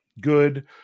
Good